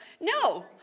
no